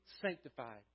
sanctified